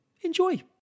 enjoy